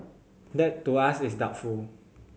that to us is doubtful